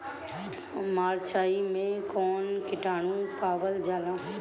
मारचाई मे कौन किटानु पावल जाला?